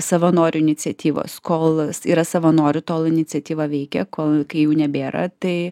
savanorių iniciatyvos kol yra savanorių tol iniciatyva veikia kol kai jų nebėra tai